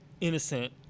innocent